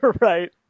Right